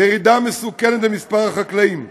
וירידה מסוכנת במספר החקלאים.